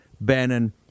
Bannon